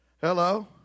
Hello